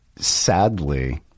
sadly